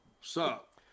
sup